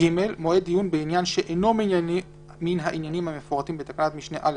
"(ג) מועד דיון בעניין שאינו מן העניינים המפורטים בתקנת משנה (א),